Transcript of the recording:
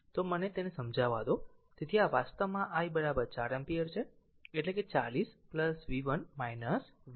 તો મને તેને સમજાવા દો તેથી આ વાસ્તવમાં i 4 એમ્પીયર છે એટલે કે 40 v 1 v 2